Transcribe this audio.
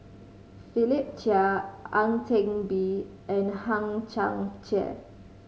Philip Chia Ang Teck Bee and Hang Chang Chieh